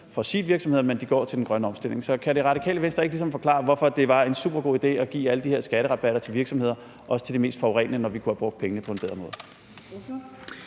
fossile virksomheder, men går til den grønne omstilling. Så kan Det Radikale Venstre ikke forklare, hvorfor det var en supergod idé at give alle de her skatterabatter til virksomheder, også til de mest forurenende, når vi kunne have brugt pengene på en bedre måde?